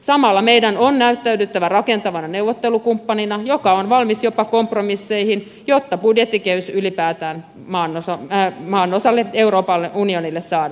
samalla meidän on näyttäydyttävä rakentavana neuvottelukumppanina joka on valmis jopa kompromisseihin jotta budjettikehys ylipäätään maanosalle euroopalle unionillessaan